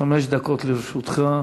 חמש דקות לרשותך.